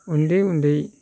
उन्दै उन्दै